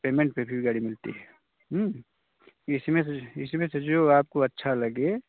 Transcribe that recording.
payment पर भी गाड़ी मिलती है इसमें से इसमें से जो आपको अच्छा लगे